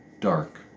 dark